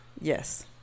Yes